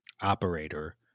operator